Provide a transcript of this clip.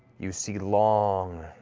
you see long,